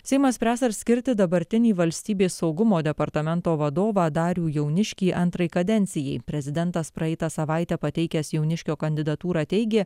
seimas spręs ar skirti dabartinį valstybės saugumo departamento vadovą darių jauniškį antrai kadencijai prezidentas praeitą savaitę pateikęs jauniškio kandidatūrą teigė